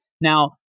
Now